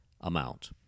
amount